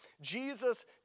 Jesus